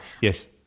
yes